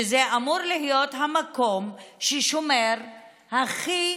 שזה אמור להיות המקום ששומר הכי